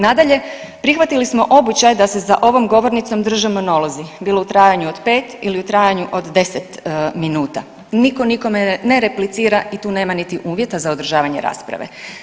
Nadalje, prihvatili smo običaj da se za ovom govornicom drže monolozi, bilo u trajanju od pet ili u trajanju od 10 minuta, niko nikome ne replicira i tu nema niti uvjeta za održavanje rasprave.